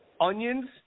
Onions